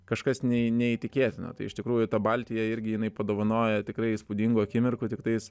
kažkas neineįtikėtina tai iš tikrųjų ta baltija irgi jinai padovanojo tikrai įspūdingų akimirkų tiktais